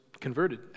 converted